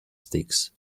sticks